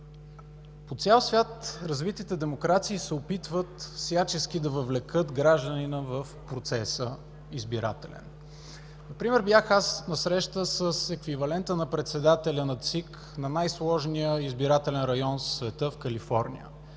По цял свят развитите демокрации се опитват всячески да въвлекат гражданина в избирателния процес. Например бях на среща с еквивалента на председателя на ЦИК на най-сложния избирателен район в света – в Калифорния.